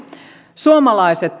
suomalaiset